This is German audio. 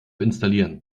installieren